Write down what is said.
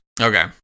Okay